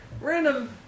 Random